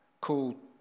called